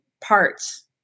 parts